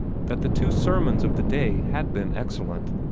that the two sermons of the day had been excellent.